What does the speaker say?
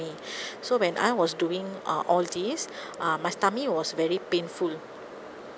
me so when I was doing uh all these uh my tummy was very painful